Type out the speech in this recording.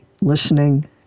listening